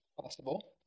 possible